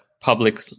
public